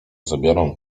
zabiorą